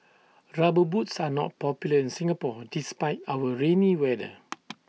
rubber boots are not popular in Singapore despite our rainy weather